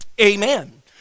Amen